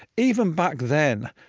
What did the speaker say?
even back then,